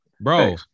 Bro